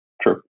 true